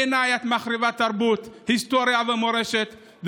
בעיניי את מחריבת תרבות, היסטוריה ומורשת.